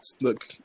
look